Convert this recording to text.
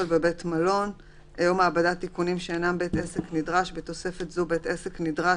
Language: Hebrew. "בית עסק נדרש"